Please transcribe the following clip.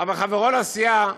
אבל חברו לסיעה,